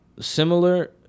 similar